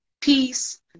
peace